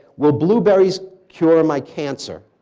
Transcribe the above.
will blueberries cure my cancer?